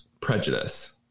prejudice